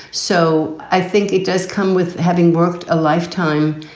so i think it does come with having worked a lifetime.